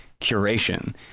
curation